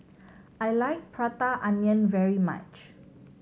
I like Prata Onion very much